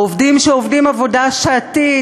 בעובדים שעובדים עבודה שעתית,